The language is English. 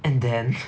and then